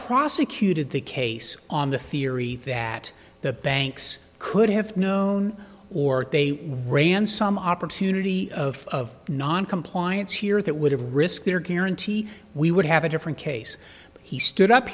prosecuted the case on the theory that the banks could have known or they ran some opportunity of noncompliance here that would have risked their guarantee we would have a different case but he stood up